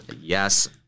Yes